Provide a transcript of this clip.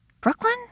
Brooklyn